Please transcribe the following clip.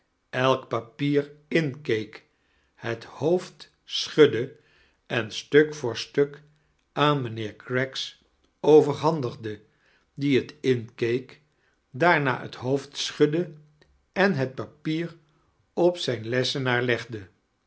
elk papier inkeek het hoofd sclmidde en stalk voor stuk aan mijnheer craggs overhandigde die het inkeek daarna het hoofd schudde en het papier op zijn lessenaar legde